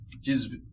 Jesus